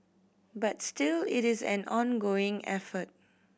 but still it is an ongoing effort